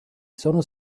sono